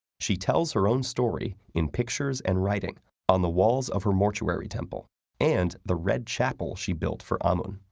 she tells her own story in pictures and writing on the walls of her mortuary temple and the red chapel she built for amun.